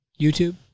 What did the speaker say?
YouTube